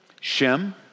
Shem